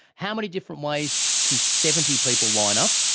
how many different ways can seventy people line up?